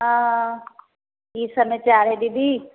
हँ कि समाचार हइ दीदी